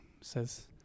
says